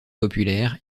populaires